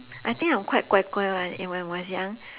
I think I'm quite guai guai one in when I was young